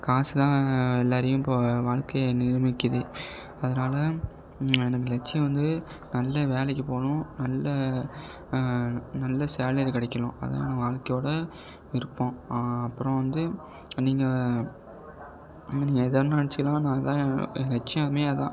காசு தான் எல்லோரையும் இப்போது வாழ்க்கைய நியமிக்குது அதனால் எனக்கு லட்சியம் வந்து நல்ல வேலைக்கு போகணும் நல்ல நல்ல சேலரி கிடைக்கணும் அதுதான் என் வாழ்க்கையோட விருப்பம் அப்புறம் வந்து நீங்கள் நீங்கள் எதை வேணால் நெனைச்சிக்கலாம் ஆனால் அது தான் என் என் லட்சியமே அதுதான்